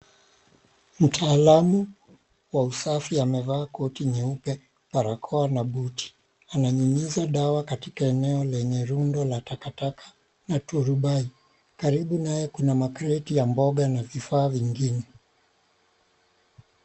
Mtaalamu wa usafi amevaa koti nyeupe, barakoa na (cs)buti(cs) Ananyuniza dawa Katika eneo lenye rundo la takataka na turubai. Karibu naye Kuna(cs) macrati(cs) ya mboga na vifaa vingine.